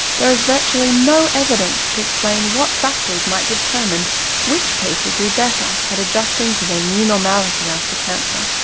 there is virtually no evidence to explain what factors might determine which people do better at adjusting to their new normality after cancer.